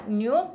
new